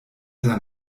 sein